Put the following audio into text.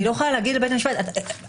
לא יכולה להגיד לבית המשפט --- אני